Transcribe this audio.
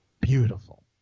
beautiful